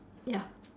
ya